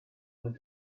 went